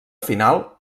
final